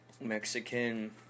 Mexican